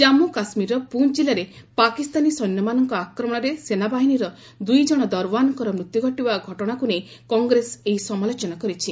ଜାମ୍ମୁ କାଶ୍ମୀରର ପୁଞ୍ଚ ଜିଲ୍ଲାରେ ପାକିସ୍ତାନୀ ସୈନ୍ୟମାନଙ୍କ ଆକ୍ରମଣରେ ସେନାବାହିନୀର ଦୁଇ ଜଣ ଦରଓ୍ୱାନଙ୍କର ମୃତ୍ୟୁ ଘଟିବା ଘଟଣାକୁ ନେଇ କଂଗ୍ରେସ ଏହି ସମାଲୋଚନା କରିଛି